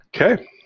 Okay